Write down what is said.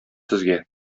сезгә